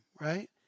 right